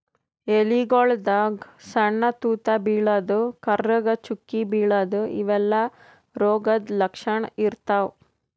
ಎಲಿಗೊಳ್ದಾಗ್ ಸಣ್ಣ್ ತೂತಾ ಬೀಳದು, ಕರ್ರಗ್ ಚುಕ್ಕಿ ಬೀಳದು ಇವೆಲ್ಲಾ ರೋಗದ್ ಲಕ್ಷಣ್ ಇರ್ತವ್